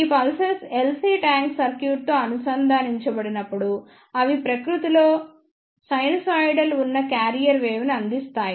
ఈ pulses LC tank సర్క్యూట్తో అనుసంధానించబడినప్పుడు అవి ప్రకృతిలో సైనూసోయిడల్ ఉన్న క్యారియర్ వేవ్ ని అందిస్తాయి